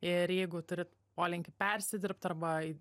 ir jeigu turit polinkį persidirbt arba